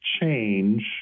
change